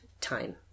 time